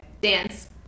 Dance